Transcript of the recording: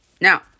Now